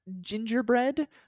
gingerbread